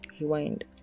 rewind